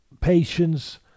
patience